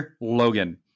Logan